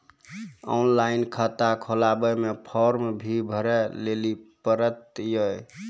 Online खाता खोलवे मे फोर्म भी भरे लेली पड़त यो?